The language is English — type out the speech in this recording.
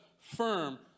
firm